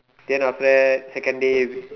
then after that second day we